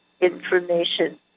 information